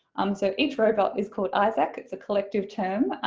um, so each robot is called isaac, it's a collective term,